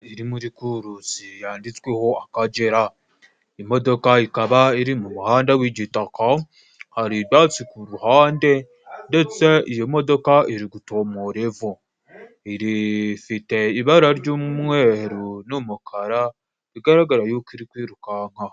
Iri muri kurusi yanditsweho Akagera, imodoka ikaba iri mu muhanda w'igitaka, hari ibyatsi ku ruhande ndetse iyo modoka iri gutumura ivu. Iri...ifite ibara ry'umweru n'umukara, bigaragara yuko iri kwirukanka.